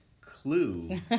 clue